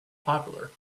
popular